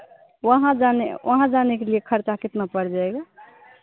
वहाँ जाने वहाँ जाने के लिए खर्चा कितना पड़ जाएगा